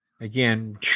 again